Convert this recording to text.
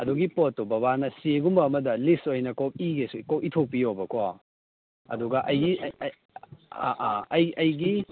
ꯑꯗꯨꯒꯤ ꯄꯣꯠꯇꯣ ꯕꯕꯥꯅ ꯆꯦꯒꯨꯝꯕ ꯑꯃꯗ ꯂꯤꯁ ꯑꯣꯏꯅ ꯀꯣꯛ ꯏꯒꯦꯁꯨ ꯀꯣꯛ ꯏꯊꯣꯛꯄꯤꯌꯣꯕꯀꯣ ꯑꯗꯨꯒ ꯑꯩꯒꯤ ꯑꯩ ꯑꯩ ꯑꯥ ꯑꯥ ꯑꯩ ꯑꯩꯒꯤ